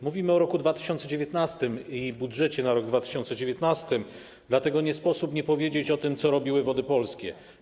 Mówimy o roku 2019 i budżecie na rok 2019, dlatego nie sposób nie powiedzieć o tym, co robiły Wody Polskie.